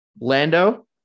Lando